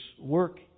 work